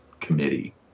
committee